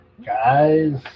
Guys